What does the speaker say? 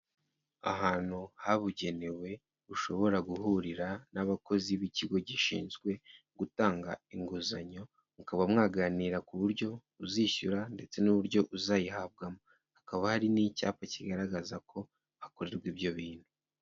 Ahantu habugenewe, ushobora guhurira n'abakozi b'ikigo gishinzwe gutanga inguzanyo, mukaba mwaganira ku buryo uzishyura ndetse n'uburyo uzayihabwamo, hakaba hari n'icyapa kigaragaza ko hakorerwa ibyo bintu.